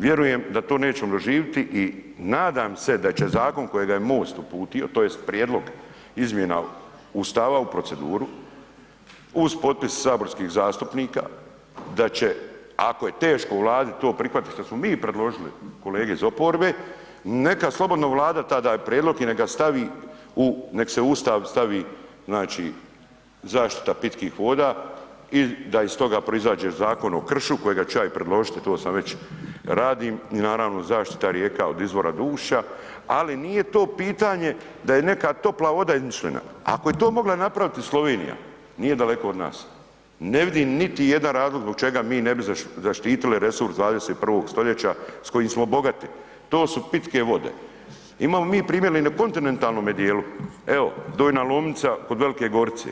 Vjerujem da to nećemo doživiti i nadam se da će zakon kojega je MOST uputio tj. prijedlog izmjena Ustava u proceduru uz potpis saborskih zastupnika da će ako je teško Vladi to prihvatit što smo mi predložili kolege iz oporbe neka slobodno Vlada tada daje prijedlog i nek ga stavi u, nek se u Ustav stavi, znači zaštita pitkih voda i da iz toga proizađe Zakon o kršu kojega ću ja i predložiti, to sad već radim i naravno i zaštita rijeka od izvora do ušća, ali nije to pitanje da je neka topla voda izmišljena, ako je to mogla napraviti Slovenija, nije daleko od nas, ne vidim niti jedan razlog zbog čega mi ne bi zaštitili resurs 21. stoljeća s kojim smo bogati, to su pitke vode, imamo mi primjer i na kontinentalnome dijelu, evo Donja Lomnica kod Velike Gorice